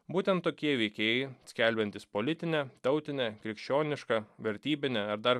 būtent tokie veikėjai skelbiantys politine tautine krikščioniška vertybine ar dar